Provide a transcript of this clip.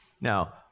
Now